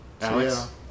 Alex